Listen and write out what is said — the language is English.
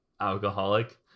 alcoholic